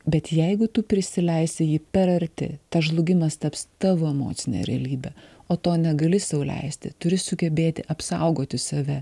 bet jeigu tu prisileisi jį per arti tas žlugimas taps tavo emocine realybe o to negali sau leisti turi sugebėti apsaugoti save